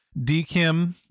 DKIM